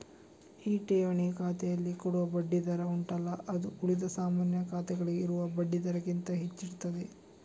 ಈ ಠೇವಣಿ ಖಾತೆನಲ್ಲಿ ಕೊಡುವ ಬಡ್ಡಿ ದರ ಉಂಟಲ್ಲ ಅದು ಉಳಿದ ಸಾಮಾನ್ಯ ಖಾತೆಗಳಿಗೆ ಇರುವ ಬಡ್ಡಿ ದರಕ್ಕಿಂತ ಹೆಚ್ಚಿರ್ತದೆ